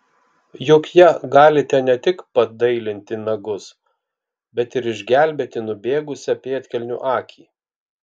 juk ja galite ne tik padailinti nagus bet ir išgelbėti nubėgusią pėdkelnių akį